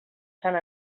sant